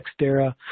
Nextera